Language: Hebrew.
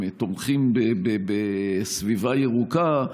תומכים בסביבה ירוקה,